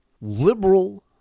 liberal